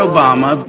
Obama